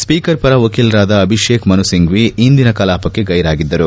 speaker ಪರ ವಕೀಲರಾದ ಅಭಿಷೇಕ್ ಮನು ಸಿಂಫ್ಟಿ ಇಂದಿನ ಕಲಾಪಕ್ಷೆ ಗೈರಾಗಿದ್ದರು